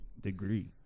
degree